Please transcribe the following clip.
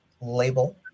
label